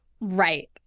Right